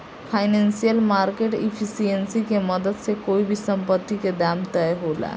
financial market efficiency के मदद से कोई भी संपत्ति के दाम तय होला